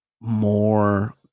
more